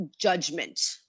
judgment